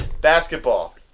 Basketball